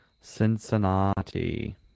Cincinnati